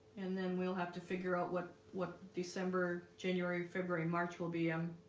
and then we'll have to figure out what what december january february march will be um,